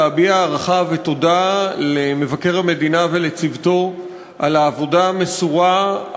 להביע הערכה ותודה למבקר המדינה ולצוותו על העבודה המסורה,